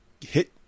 hit